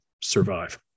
survive